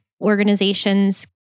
organizations